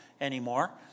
anymore